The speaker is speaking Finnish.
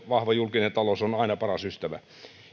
vahva julkinen talous on aina paras ystävä